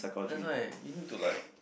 that's why you need to like